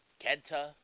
Kenta